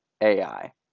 AI